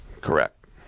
Correct